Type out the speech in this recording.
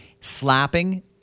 slapping